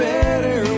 better